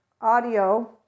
audio